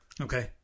Okay